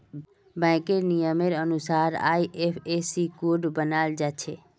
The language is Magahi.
बैंकेर नियमेर अनुसार आई.एफ.एस.सी कोड बनाल जाछे